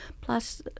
Plus